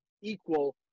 equal